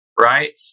right